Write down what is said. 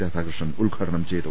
രാധാകൃഷ്ണൻ ഉദ്ഘാടനം ചെയ്തു